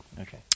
Okay